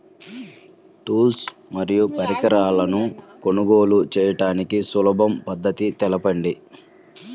Tools మరియు పరికరాలను కొనుగోలు చేయడానికి సులభ పద్దతి తెలపండి?